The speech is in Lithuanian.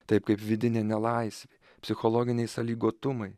taip kaip vidinė nelaisvė psichologiniai sąlygotumai